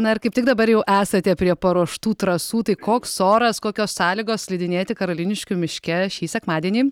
na ir kaip tik dabar jau esate prie paruoštų trasų tai koks oras kokios sąlygos slidinėti karoliniškių miške šį sekmadienį